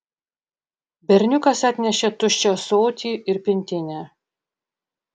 berniukas atnešė tuščią ąsotį ir pintinę